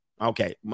Okay